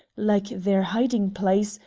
like their hiding-place,